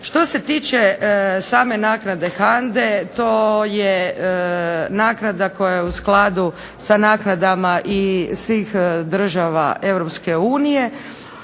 Što se tiče same naknade HANDA-e to je naknada koja je u skladu sa naknadama i svih država EU